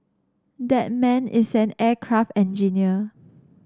that man is an aircraft engineer